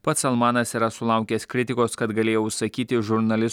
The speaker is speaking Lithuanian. pats salmanas yra sulaukęs kritikos kad galėjo užsakyti žurnalisto